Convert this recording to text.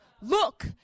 Look